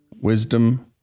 Wisdom